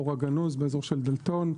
אור הגנוז באזור דלתון,